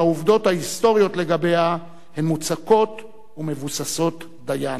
שהעובדות ההיסטוריות לגביה הן מוצקות ומבוססות דיין.